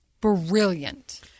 brilliant